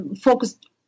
focused